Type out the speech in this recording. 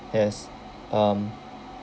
as um